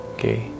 Okay